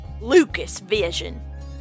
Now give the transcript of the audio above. LucasVision